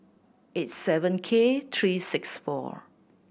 eight seven K three six four